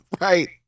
right